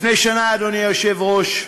לפני שנה, אדוני היושב-ראש,